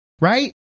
right